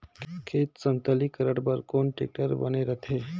खेत समतलीकरण बर कौन टेक्टर बने रथे?